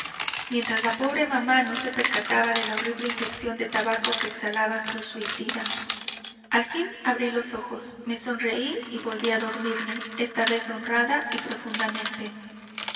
mientras la pobre mamá no se percataba de la horrible infección de tabaco que exhalaba su suicida abrí al fin los ojos me sonreí y volví a dormirme esta vez honrada y profundamente